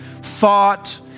thought